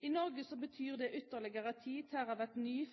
I Norge betyr det ytterligere 10 TWh ny